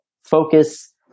focus